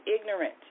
ignorant